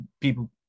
people